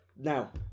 Now